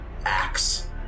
axe